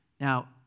Now